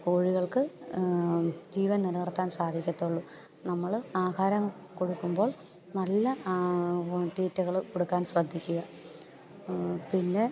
കോഴികൾക്ക് ജീവൻ നിലനിർത്താൻ സാധിക്കത്തുള്ളു നമ്മൾ ആഹാരം കൊടുക്കുമ്പോൾ നല്ല തീറ്റകൾ കൊടുക്കാൻ ശ്രദ്ധിക്കുക പിന്നെ